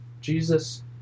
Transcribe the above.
Jesus